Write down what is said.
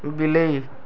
ବିଲେଇ